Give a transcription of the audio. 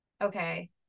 okay